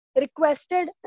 requested